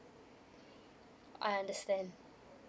I understand